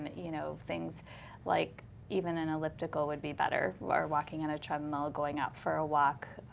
you know things like even an elliptical would be better or walking on a treadmill, going out for a walk.